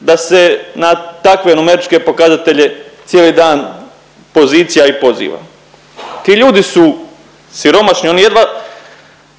da se na takve numeričke pokazatelje cijeli dan pozicija i poziva. Ti ljudi su siromašni, oni jedva